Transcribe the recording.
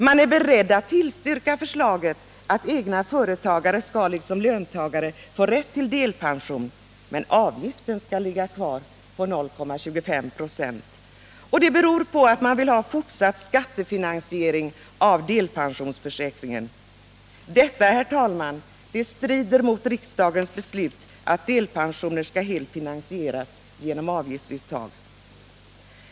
Man är beredd att tillstyrka förslaget att egna företagare liksom löntagare skall få rätt till delpension, men avgiftsuttaget skall ligga kvar på 0,25 96. Det beror på att man vill ha fortsatt skattefinansiering av delpensionsförsäkringen. Men, herr talman, detta strider mot riksdagens beslut om att delpensionerna helt skall finansieras genom avgiftsuttag.